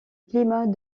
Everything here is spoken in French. climat